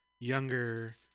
younger